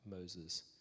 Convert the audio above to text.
Moses